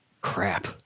crap